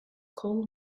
coal